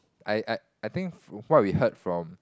I I I think what we heard from